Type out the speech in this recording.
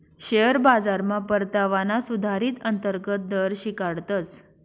share बाजारमा परतावाना सुधारीत अंतर्गत दर शिकाडतस